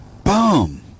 Boom